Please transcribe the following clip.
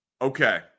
Okay